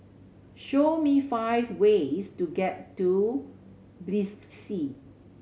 show me five ways to get to Tbilisi